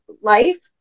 life